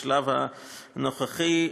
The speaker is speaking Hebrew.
בשלב הנוכחי,